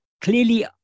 clearly